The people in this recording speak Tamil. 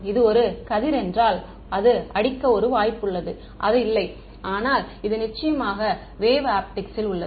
அது ஒரு கதிர் என்றால் அது அடிக்க ஒரு வாய்ப்பு உள்ளது அல்லது இல்லை ஆனால் இது நிச்சயமாக வேவ் ஆப்டிக்ஸில் உள்ளது